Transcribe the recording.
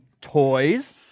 toys